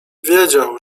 wiedział